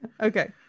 okay